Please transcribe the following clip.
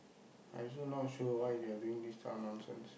I also not sure why they are doing this type of nonsense